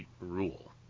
rule